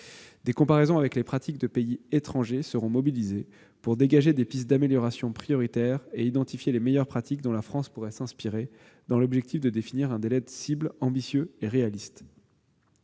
Des comparaisons avec les pratiques de pays étrangers seront mobilisées pour dégager des pistes d'amélioration prioritaires et identifier les meilleures pratiques dont la France pourrait s'inspirer dans l'objectif de définir un délai cible ambitieux et réaliste.